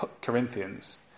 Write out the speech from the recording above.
Corinthians